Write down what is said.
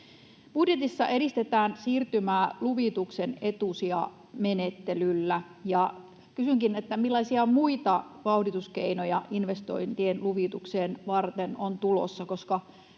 Budjetissa edistetään siirtymää luvituksen etusijamenettelyllä, ja kysynkin, millaisia muita vauhdituskeinoja investointien luvituksia varten on tulossa,